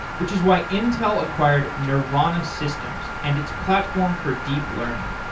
which is why intel acquired nervana systems and its platform for deep learning.